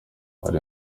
hari